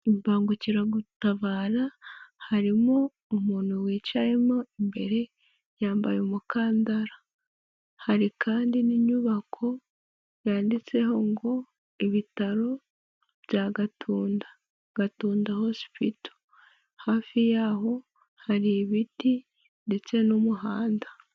Imbangukiragutabara harimo umuntu wicayemo imbere, yambaye umukandara. Hari kandi n'inyubako yanditseho ngo "Ibitaro bya Gatunda, Gatunda Hospital". Hafi yaho hari ibiti ndetse n'umuhanda.